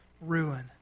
ruin